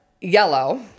Yellow